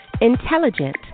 Intelligent